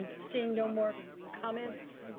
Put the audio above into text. um seeing no more comments,